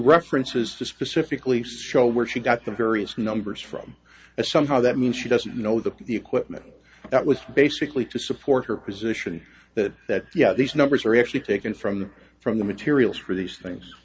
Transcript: references to specifically says show where she got the various numbers from a somehow that means she doesn't know the equipment that was basically to support her position that that yeah these numbers are actually taken from the from the materials for these things